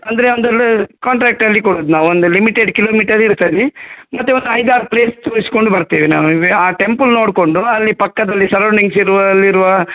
ಅಂದರೆ ಅಂದಲ್ಲಿ ಕಾಂಟ್ರ್ಯಾಕ್ಟಲ್ಲಿ ಕೊಡುದು ನಾವು ಒಂದು ಲಿಮಿಟೆಡ್ ಕಿಲೋಮೀಟರ್ ಇರ್ತದೆ ಮತ್ತೆ ಒಂದು ಐದಾರು ಪ್ಲೇಸ್ ತೋರಿಸಿಕೊಂಡು ಡು ಬರ್ತೇವೆ ನಾವು ಇವೆ ಆ ಟೆಂಪಲ್ ನೋಡಿಕೊಂಡು ಅಲ್ಲಿ ಪಕ್ಕದಲ್ಲಿ ಸರೌಂಡಿಂಗ್ಸ್ ಇರುವಲ್ಲಿರುವ